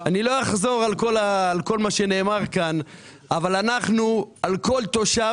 אני לא אחזור על כל מה שנאמר כאן אבל אנחנו על כל תושב